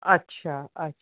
अच्छा अ